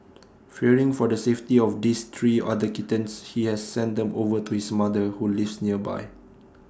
fearing for the safety of this three other kittens he has sent them over to his mother who lives nearby